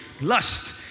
lust